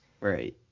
Right